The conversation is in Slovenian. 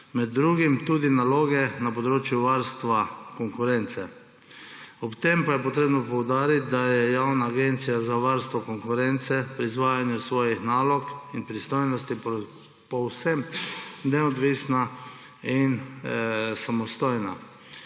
med drugim tudi naloge na področju varstva konkurence. Ob tem pa je potrebno poudariti, da je Javna agencija za varstvo konkurence pri izvajanju svojih nalog in pristojnosti povsem neodvisna in samostojna,